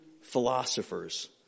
philosophers